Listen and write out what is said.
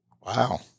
Wow